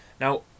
now